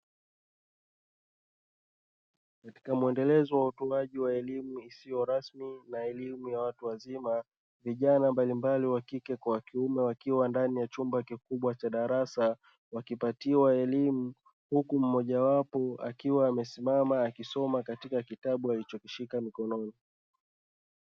Katika muendelezo wa utoaji wa elimu, isiyo rasmi na elimu ya watu wazima vijana mbalimbali wa kike na wa kiume wakiwa ndani ya chumba kikubwa cha darasa wakipatiwa elimu, huku mmoja wapo akiwa amesimama akisoma katika kitabu alichokishika mikononi."